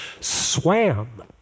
swam